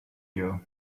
you